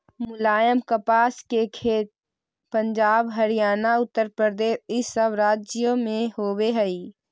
मुलायम कपास के खेत पंजाब, हरियाणा, उत्तरप्रदेश इ सब राज्य में होवे हई